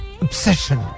Obsession